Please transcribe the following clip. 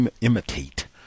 imitate